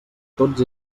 tots